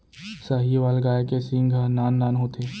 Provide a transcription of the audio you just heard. साहीवाल गाय के सींग ह नान नान होथे